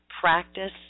Practice